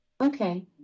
Okay